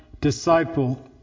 disciple